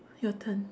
your turn